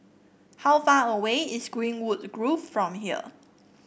how far away is Greenwood Grove from here